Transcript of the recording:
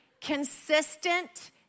Consistent